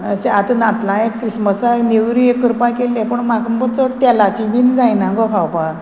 अशें आतां नातलां एक क्रिस्मसाक नेवरी करपाक येल्लें पूण म्हाका चड तेलाची बीन जायना गो खावपा